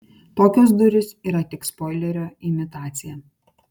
tokios durys yra tik spoilerio imitacija